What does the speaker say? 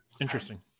interesting